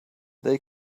they